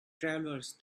travelers